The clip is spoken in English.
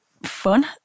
fun